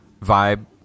vibe